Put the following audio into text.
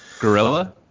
Gorilla